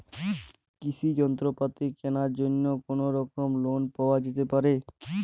কৃষিযন্ত্রপাতি কেনার জন্য কোনোরকম লোন পাওয়া যেতে পারে?